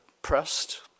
pressed